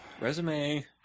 Resume